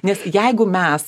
nes jeigu mes